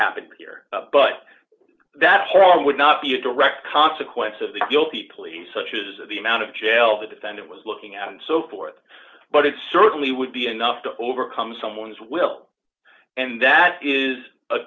happened here but that harm would not be a direct consequence of the guilty plea such is the amount of jail the defendant was looking at and so forth but it certainly would be enough to overcome someone's will and that is a